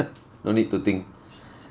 ah no need to think